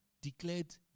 declared